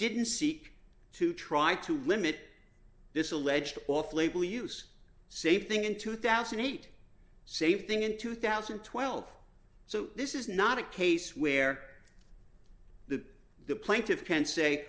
didn't seek to try to limit this alleged off label use same thing in two thousand and eight same thing in two thousand and twelve so this is not a case where the the plaintiffs can say